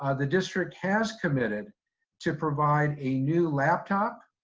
ah the district has committed to provide a new laptop,